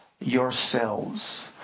yourselves